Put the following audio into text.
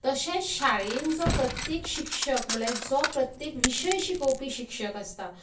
तशेच शाळेन जो प्रत्येक शिक्षक म्हणल्यार जो प्रत्येक विशय शिकोवपी शिक्षक आसता